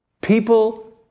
People